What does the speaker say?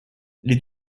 les